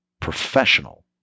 professional